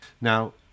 now